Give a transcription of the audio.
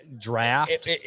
draft